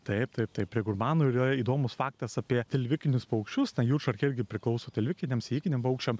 taip taip taip prie gurmanų ir yra įdomus faktas apie tilvikinius paukščius na jūršarkė irgi priklauso tilvikiniam sėjikiniam paukščiam